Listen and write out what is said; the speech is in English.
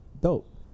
dope